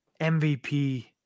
MVP